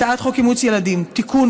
הצעת חוק אימוץ ילדים (תיקון,